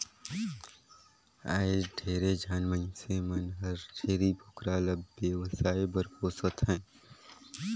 आयज ढेरे झन मइनसे मन हर छेरी बोकरा ल बेवसाय बर पोसत हें